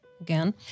again